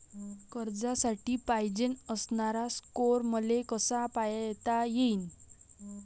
कर्जासाठी पायजेन असणारा स्कोर मले कसा पायता येईन?